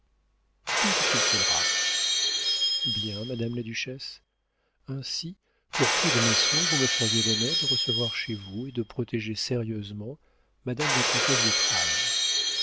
tout ce qu'il faudra bien madame la duchesse ainsi pour prix de mes soins vous me feriez l'honneur de recevoir chez vous et de protéger sérieusement madame la comtesse de